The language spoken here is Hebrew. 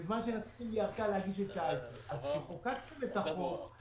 בזמן שנותנים לי ארכה להגיש את 19'. היו דיונים כשחוקקתם את החוק.